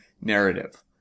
narrative